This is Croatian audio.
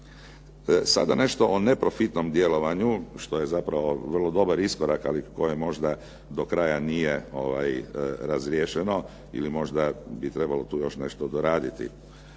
sada nešto o neprofitnom djelovanju, što je zapravo vrlo dobar iskorak, ali koji možda do kraja nije razriješeno ili možda bi tu trebalo nešto doraditi.